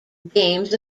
games